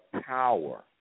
power